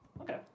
Okay